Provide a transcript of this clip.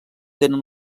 tenen